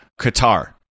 Qatar